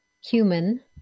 human